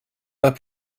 pas